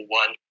one